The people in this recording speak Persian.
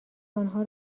آنها